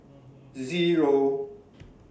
Zero